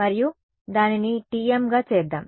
మరియు దానిని TMగా చేద్దాం